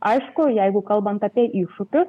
aišku jeigu kalbant apie iššūkius